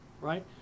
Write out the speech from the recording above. right